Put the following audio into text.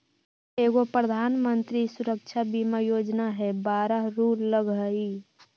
एगो प्रधानमंत्री सुरक्षा बीमा योजना है बारह रु लगहई?